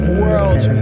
world